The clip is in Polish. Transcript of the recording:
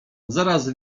zaraz